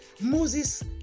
Moses